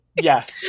Yes